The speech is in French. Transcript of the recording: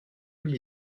mille